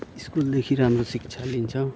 स्कुलदेखि राम्रो शिक्षा लिन्छ